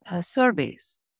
surveys